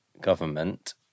government